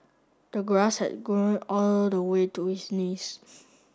the grass had grown all the way to his knees